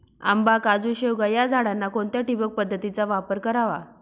आंबा, काजू, शेवगा या झाडांना कोणत्या ठिबक पद्धतीचा वापर करावा?